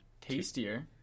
Tastier